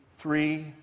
three